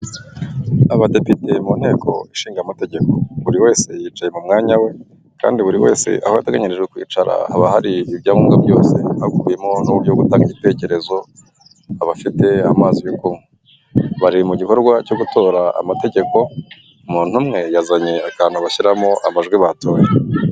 Abadepite mu nteko ishinga amategeko buri wese yicaye mu mwanya we kandi buri wese aho ateganyirijwe kwicara haba hari ibyangombwa byose, hakubiyemo n'uburyo bwo gutanga ibitekerezo, aba afite amazi yo kunywa, bari mu gikorwa cyo gutora amategeko umuntu umwe yazanye akantu bashyiramo amajwi batoye.